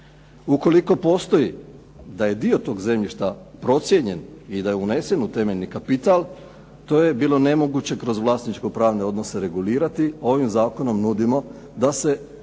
Ukoliko postoji da je dio tog zemljišta procijenjen i da je unesen u temeljni kapital, to je bilo nemoguće kroz vlasničko-pravne odnose regulirati, ovim zakonom nudimo da se ukoliko